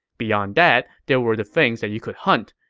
beyond that, there were the things that you could hunt.